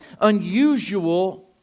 unusual